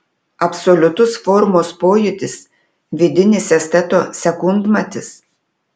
absoliutus formos pojūtis vidinis esteto sekundmatis